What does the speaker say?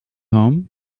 home